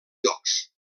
jocs